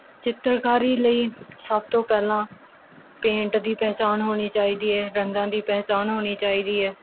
ਚਿੱਤਰਕਾਰੀ ਲਈ ਸਭ ਤੋਂ ਪਹਿਲਾਂ ਪੇਂਟ ਦੀ ਪਹਿਚਾਣ ਹੋਣੀ ਚਾਹੀਦੀ ਹੈ ਰੰਗਾਂ ਦੀ ਪਹਿਚਾਣ ਹੋਣੀ ਚਾਹੀਦੀ ਹੈ